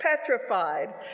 petrified